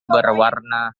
berwarna